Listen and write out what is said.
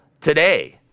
today